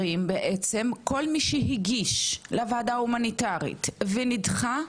כל מי שהגיש לוועדה ההומניטרית ונדחה,